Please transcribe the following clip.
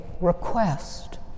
request